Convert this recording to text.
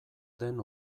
den